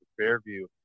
Fairview